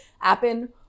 Appen